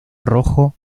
rojo